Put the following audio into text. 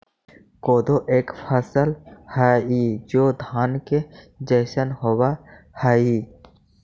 कोदो एक फसल हई जो धान के जैसन होव हई